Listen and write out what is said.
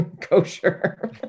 kosher